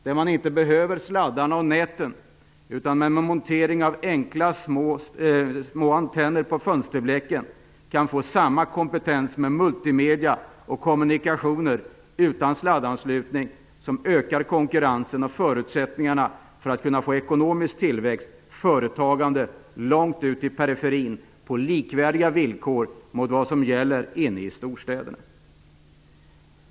Man kommer inte att behöva sladdarna och näten, utan med montering av enkla små antenner på fönsterblecken kan man få samma kompetens med multimedia och kommunikationer utan sladdanslutning. Detta ökar konkurrensen och förutsättningarna för ekonomisk tillväxt och företagande långt ut i periferin på likvärdiga villkor med företagandet inne i storstäderna.